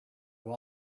have